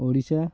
Odisha